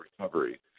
recovery